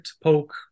poke